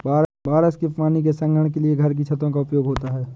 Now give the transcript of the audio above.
बारिश के पानी के संग्रहण के लिए घर की छतों का उपयोग होता है